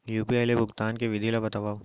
UPI ले भुगतान के विधि ला बतावव